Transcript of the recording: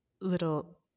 little